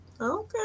Okay